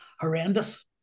horrendous